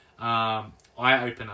eye-opener